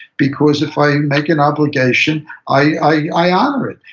because if i make an obligation, i honor it,